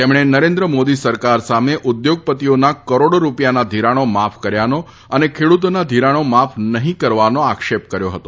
તેમણે નરેન્દ્ર મોદી સરકાર સામે ઉદ્યોગપતિઓના કરોડો રૂપિયાના ધિરાણો માફ કર્યાનો અને ખેડૂતોના ધિરાણો માફ નહીં કરવાનો આક્ષેપ કર્યો હતો